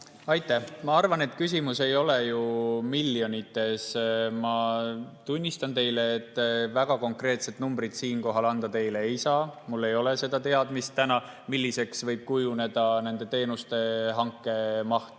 Aitäh! Ma arvan, et küsimus ei ole ju miljonites. Ma tunnistan teile, et väga konkreetset numbrit siinkohal teile anda ei saa, mul ei ole täna seda teadmist, milliseks võib kujuneda nende teenuste hanke maht.